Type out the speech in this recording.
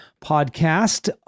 podcast